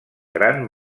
gran